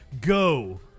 go